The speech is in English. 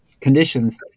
conditions